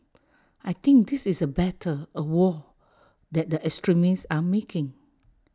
I think this is A battle A war that the extremists are making